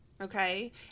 okay